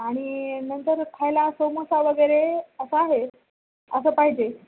आणि नंतर खायला समोसा वगैरे असा आहे असं पाहिजे